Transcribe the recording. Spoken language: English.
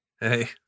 Hey